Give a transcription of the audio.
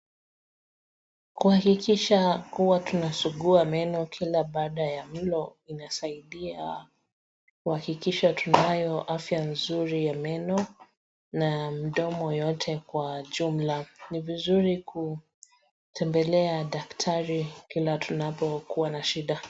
Kuhakikisha kuwa tunasugua meno kila baada ya mlo inasaidia kuhakikisha tunayo afya nzuri ya meno na mdomo yote kwa jumla. Ni vizuri kutembelea daktari kila tunapokuwa na shida.